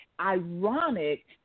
Ironic